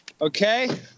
Okay